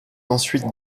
ensuite